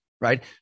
right